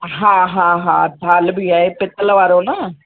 हा हा हा थाल्ह बि आहे पितल वारो न